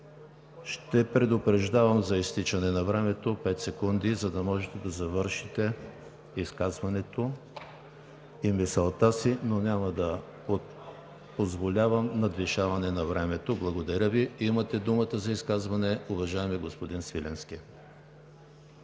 Ще предупреждавам за изтичане на времето – 5 секунди, за да можете да завършите изказването и мисълта си, но няма да позволявам надвишаване на времето. Благодаря Ви. Имате думата за изказване, уважаеми господин Свиленски.